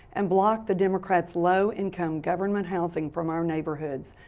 and block the democrats' low income government housing from our neighborhoods.